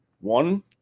One